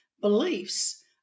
beliefs